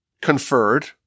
conferred